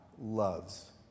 loves